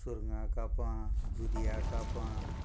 सुर्गा कापां दुदया कापां